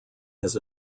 his